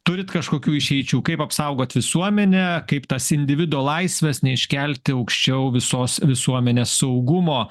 turit kažkokių išeičių kaip apsaugot visuomenę kaip tas individo laisves neiškelti aukščiau visos visuomenės saugumo